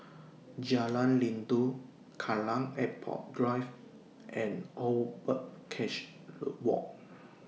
Jalan Rindu Kallang Airport Drive and Old Birdcage Low Walk